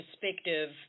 perspective